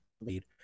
lead